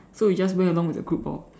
so we just went along with the group lor